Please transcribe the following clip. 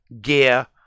gear